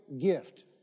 gift